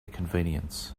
convenience